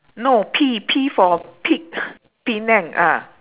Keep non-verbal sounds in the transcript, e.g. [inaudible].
no P P for peek [laughs] penang ah